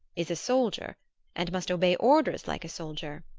is a soldier and must obey orders like a soldier.